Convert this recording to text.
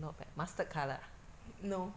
not bad mustard colour ah